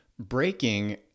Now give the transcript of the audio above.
breaking